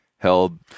Held